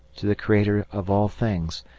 to the creator of all things,